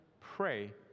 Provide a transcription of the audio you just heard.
pray